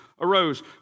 arose